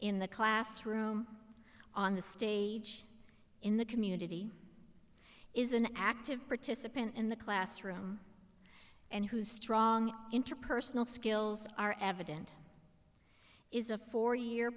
in the classroom on the stage in the community is an active participant in the classroom and whose strong interpersonal skills are evident is a four year